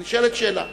כי נשאלת שאלה